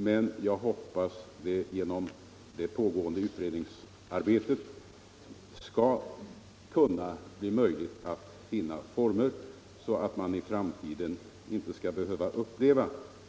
Men jag hoppas att det genom det pågående utredningsarbetet skall bli möjligt att finna former så att man i framtiden inte skall behöva uppleva